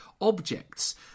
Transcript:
objects